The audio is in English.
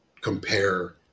compare